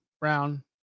Brown